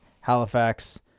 Halifax